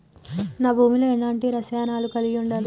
నా భూమి లో ఎలాంటి రసాయనాలను కలిగి ఉండాలి?